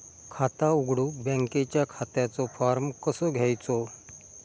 खाता उघडुक बँकेच्या खात्याचो फार्म कसो घ्यायचो?